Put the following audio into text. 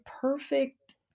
perfect